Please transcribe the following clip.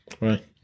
Right